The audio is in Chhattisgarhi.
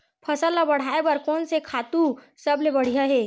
फसल ला बढ़ाए बर कोन से खातु सबले बढ़िया हे?